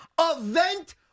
event